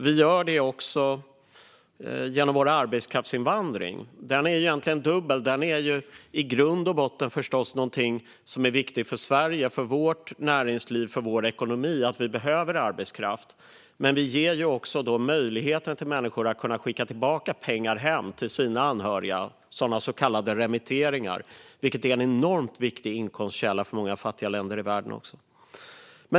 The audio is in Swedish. Vi gör det också genom vår arbetskraftsinvandring. Den är egentligen dubbel. Den är i grund och botten förstås någonting som är viktigt för Sverige, för vårt näringsliv och för vår ekonomi. Vi behöver arbetskraft. Men vi ger också möjlighet till människor att skicka tillbaka pengar hem till anhöriga - så kallade remitteringar, vilket är en enormt viktig inkomstkälla för många fattiga länder i världen.